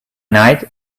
night